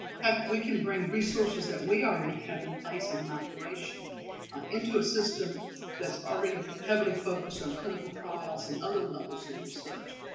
we can bring resources that we already have in place in operation into a system that's already heavily focused on clinical trials and other levels of research.